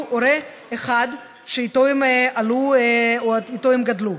הורה אחד שאיתו הם עלו או איתו הם גדלו.